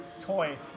toy